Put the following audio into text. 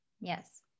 yes